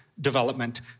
development